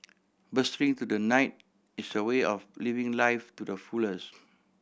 bursting through the night is a way of living life to the fullest